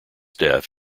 death